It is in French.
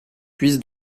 puise